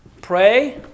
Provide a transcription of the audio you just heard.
pray